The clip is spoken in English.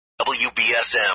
WBSM